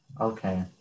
Okay